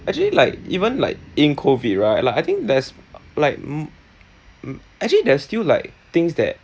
actually like even like in COVID right like I think there's like m~ actually there's still like things that